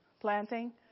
planting